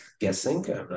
guessing